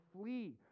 flee